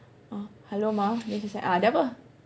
uh hello mah then she said ah ada apa